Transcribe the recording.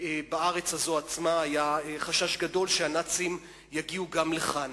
בארץ הזאת עצמה היה חשש גדול שהנאצים יגיעו גם לכאן.